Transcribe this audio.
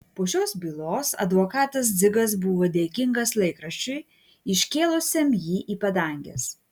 po šios bylos advokatas dzigas buvo dėkingas laikraščiui iškėlusiam jį į padanges